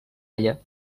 ella